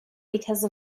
because